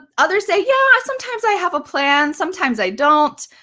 others say, yeah, sometimes i have a plan, sometimes i don't.